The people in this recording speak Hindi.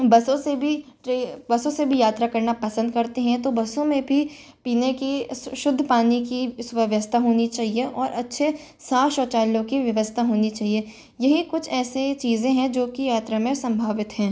बसों से भी ट्रे बसों से भी यात्रा करना पसंद करते हैं तो बसों में भी पीने की शुद्ध पानी की स्व व्यवस्था होनी चाहिए और अच्छे साफ शौचयलों की व्यवस्था होनी चाहिए यही कुछ ऐसे चीज़ें हैं जो कि यात्रा में संभावित है